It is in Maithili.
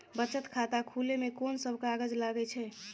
बचत खाता खुले मे कोन सब कागज लागे छै?